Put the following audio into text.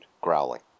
growling